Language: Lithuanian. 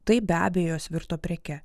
taip be abejo jos virto preke